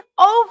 over